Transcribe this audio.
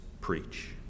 preach